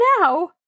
now